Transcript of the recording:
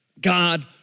God